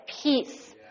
peace